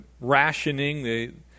rationing